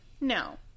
No